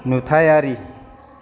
नुथाइयारि